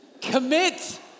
commit